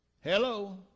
Hello